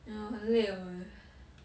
eh 我很累了 eh